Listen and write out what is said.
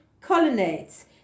colonnades